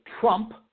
Trump